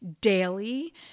daily